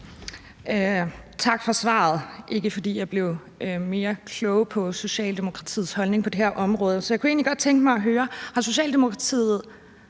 Tak for svaret. Det er ikke, fordi jeg blev klogere på Socialdemokratiets holdning på det her område. Så jeg kunne egentlig godt tænke mig at høre, om Socialdemokratiet